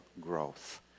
growth